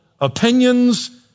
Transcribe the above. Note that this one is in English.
opinions